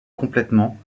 complètement